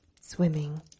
swimming